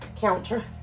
counter